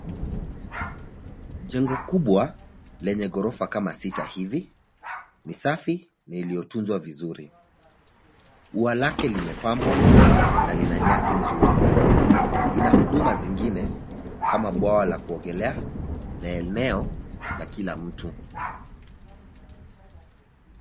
Jengo kubwa lenye ghorofa kama sita hivi ni safi na iliyotunzwa vizuri. Ua lake limepambwa na lina nyasi nzuri. Ina huduma nyingine kama bwawa la kuogea na elneo ya kila mtu.